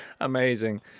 Amazing